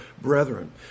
brethren